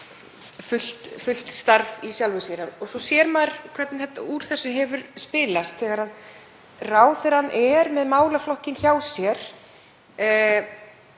fullt starf í sjálfu sér. En svo sér maður hvernig úr þessu hefur spilast þegar ráðherrann er með málaflokkinn hjá sér